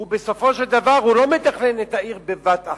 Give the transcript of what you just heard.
בסופו של דבר הוא לא מתכנן את העיר בבת-אחת,